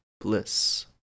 bliss